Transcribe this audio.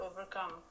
overcome